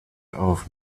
auf